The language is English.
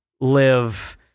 live